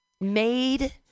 made